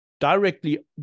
directly